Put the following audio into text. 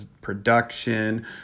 production